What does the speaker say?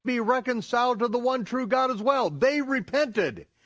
be reconciled to the one true god as well, they repented,